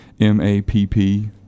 M-A-P-P